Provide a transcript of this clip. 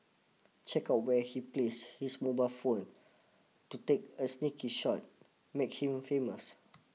check out where he place his mobile phone to take a sneaky shot make him famous